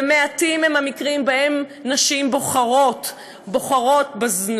ומעטים הם המקרים שבהם נשים בוחרות בזנות.